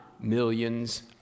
millions